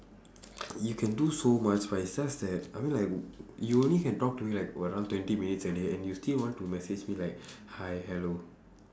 you can do so much but it's just that I mean like you only can talk to me like around twenty minutes like that and you still want to message me like hi hello